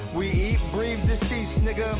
we breathe deceased nigga,